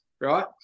right